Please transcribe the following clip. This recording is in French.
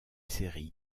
séries